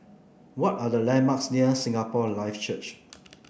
what are the landmarks near Singapore Life Church